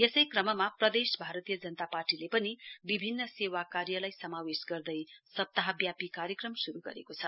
यसै क्रममा प्रदेश भारतीय जनात पार्टीले पनि विभिन्न सेवा कार्यलाई समावेश गर्दै सप्ताहव्यापी कार्यक्रम शुरु गरेको छ